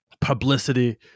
publicity